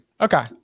Okay